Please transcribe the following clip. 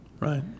Right